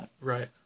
Right